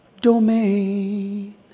domain